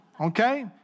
Okay